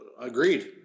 Agreed